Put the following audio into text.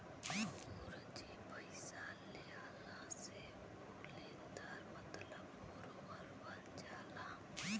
अउर जे पइसा लेहलस ऊ लेनदार मतलब बोरोअर बन जाला